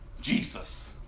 Jesus